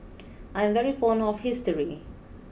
I'm very fond of history